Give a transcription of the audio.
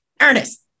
Ernest